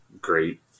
great